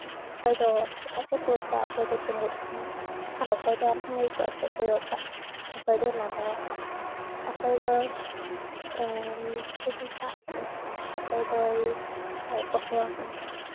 ᱚᱠᱚᱭ ᱫᱚ ᱮᱴᱟᱜ ᱥᱮᱫ ᱠᱚᱭᱚᱜ ᱠᱟᱜ ᱚᱠᱚᱭ ᱫᱚᱭ ᱛᱩᱢᱵᱩᱫ ᱟᱠᱟᱱ ᱟᱨ ᱚᱠᱚᱭ ᱫᱚ ᱟᱨᱦᱚᱸ ᱪᱚᱴ ᱥᱮᱫ ᱠᱚᱭᱚᱜ ᱟᱠᱟᱫ ᱚᱠᱚᱭ ᱫᱚᱭ ᱞᱟᱸᱫᱟ ᱟᱠᱟᱫ ᱚᱠᱚᱭ ᱫᱚ ᱛᱤ ᱛᱤ ᱥᱟᱵ ᱟᱠᱟᱱ ᱚᱠᱚᱭ ᱫᱚᱭ ᱠᱳᱠᱮ ᱟᱠᱟᱱ